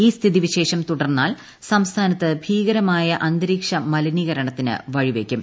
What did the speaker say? ഈ സ്ഥിതിവിശേഷം തുടർന്നാൽ സംസ്ഥാനത്ത് ഭീകരമായ അന്തരീക്ഷ മലിനീകരണത്തിന് ഇത് വഴിവയ്ക്കും